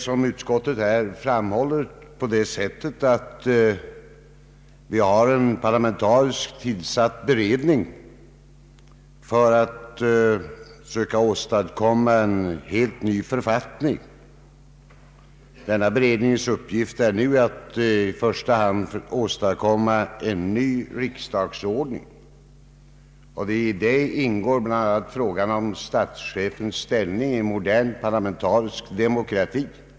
Som utskottet framhåller har vi en parlamentariskt tillsatt beredning för att söka åstadkomma en helt ny författning. Denna berednings uppgift är nu att i första hand åstadkomma en ny riksdagsordning. I det ingår bl.a. frågan om statschefens ställning i en modern parlamentarisk demokrati.